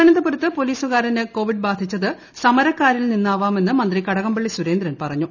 തിരുവനപുരത്ത് പൊലീസുകാരന് കോവിഡ് ബാധിച്ചത് സമരക്കാരിൽ നിന്നാവാമെന്ന് മന്ത്രി കടകംപള്ളി സുരേന്ദ്രൻ പറഞ്ഞു